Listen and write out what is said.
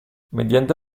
mediante